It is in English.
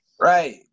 Right